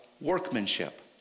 workmanship